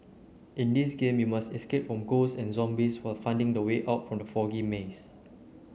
in this game you must escape from ghosts and zombies while finding the way out from the foggy maze